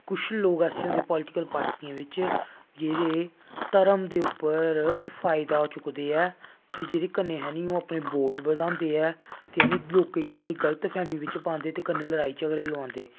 कुछ लोग ऐसे होंदे पॉलिटिकल पार्टियें बिच्च जेह्ड़े धर्म दे उप्पर फायदा चुकदे ऐ जेह्दे कन्नै ओह् अपने वोट बधांदे ऐ ते जानि लोकें गी जानि गल्त फैह्मी बिच्च पांदे ते कन्नै लड़ाई झगड़े लोआंदे